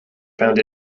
found